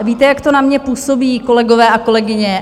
Víte, jak to na mě působí, kolegové a kolegyně?